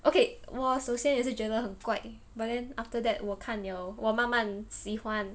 okay 我首先也是觉得很怪 but then after that 我看 liao 我慢慢喜欢